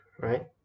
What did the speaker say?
right